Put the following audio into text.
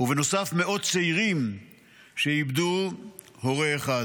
ובנוסף, מאות צעירים שאיבדו הורה אחד.